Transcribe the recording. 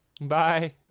Bye